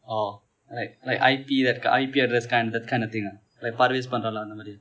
oh like like I_P that ki~ I_P address kind that kind of thing ah like paru use பன்னுகிறான் அந்த மாதிரியா:panugiran antha maathiriyaa